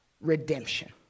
redemption